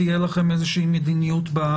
תהיה לכם איזושהי מדיניות.